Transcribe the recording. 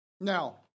Now